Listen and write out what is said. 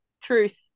Truth